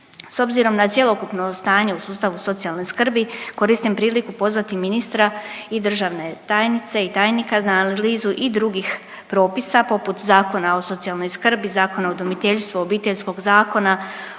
S obzirom na cjelokupno stanje u sustavu socijalne skrbi koristim priliku pozvati ministra i državne tajnice i tajnika za analizu i drugih propisa poput Zakona o socijalnoj skrbi, Zakona o udomiteljstvu, Obiteljskog zakona